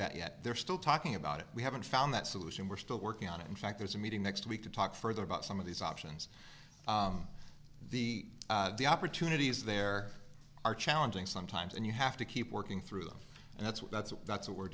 that yet they're still talking about it we haven't found that solution we're still working on it in fact there's a meeting next week to talk further about some of these options the opportunities there are challenging sometimes and you have to keep working through them and that's what that's what that's what we're